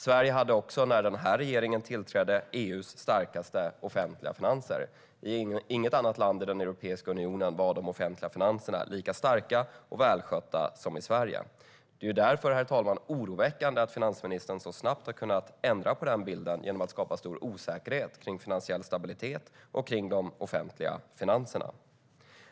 Sverige hade också när den här regeringen tillträdde EU:s starkaste offentliga finanser. Inte i något annat land i Europeiska unionen var de offentliga finanserna lika starka och välskötta som i Sverige. Herr talman! Det är därför oroväckande att finansministern så snabbt har kunnat ändra på den bilden genom att skapa stor osäkerhet kring finansiell stabilitet och de offentliga finanserna.